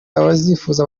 abasifuzi